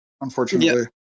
unfortunately